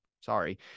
sorry